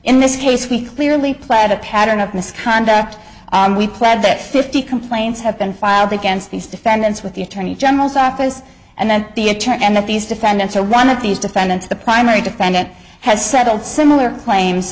in this case we clearly played a pattern of misconduct we pledged that fifty complaints have been filed against these defendants with the attorney general's office and then the attorney and that these defendants or one of these defendants the primary defendant has settled similar claims